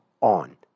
on